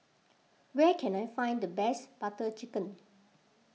where can I find the best Butter Chicken